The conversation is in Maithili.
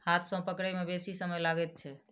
हाथ सॅ पकड़य मे बेसी समय लगैत छै